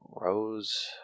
Rose